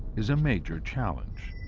is a major challenge.